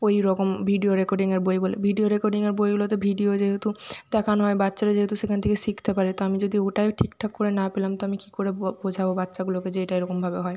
ওই রকম ভিডিও রেকর্ডিংয়ের বই বলে ভিডিও রেকর্ডিংয়ের বইগুলোতে ভিডিও যেহেতু দেখানো হয় বাচ্চারা যেহেতু সেখান থেকে শিখতে পারে তো আমি যদি ওটাই ঠিকঠাক করে না পেলাম তো আমি কী করে বোঝাব বাচ্চাগুলোকে যে এটা এরকমভাবে হয়